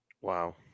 wow